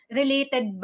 related